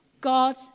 God